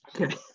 Okay